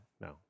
No